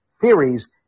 theories